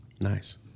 Nice